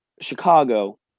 Chicago